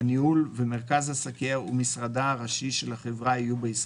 הניהול השוטף ומרכז עסקיה ומשרדה הראשי של החברה יהיו בישראל,